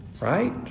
Right